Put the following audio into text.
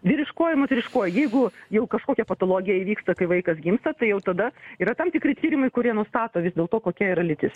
vyriškoji moteriškoji jeigu jau kažkokia patologija įvyksta kai vaikas gimsta tai jau tada yra tam tikri tyrimai kurie nustato vis dėlto kokia yra lytis